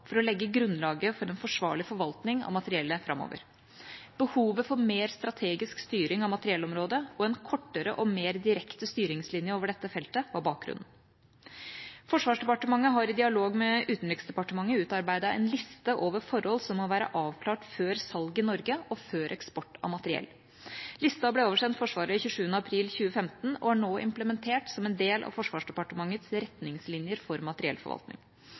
for å legge grunnlaget for en forsvarlig forvaltning av materiellet framover. Behovet for mer strategisk styring av materiellområdet og en kortere og mer direkte styringslinje over dette feltet var bakgrunnen. Forsvarsdepartementet har i dialog med Utenriksdepartementet utarbeidet en liste over forhold som må være avklart før salg i Norge og før eksport av materiell. Listen ble oversendt Forsvaret 27. april 2015 og er nå implementert som en del av Forsvarsdepartementets retningslinjer for materiellforvaltning.